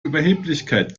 überheblichkeit